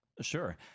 Sure